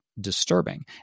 disturbing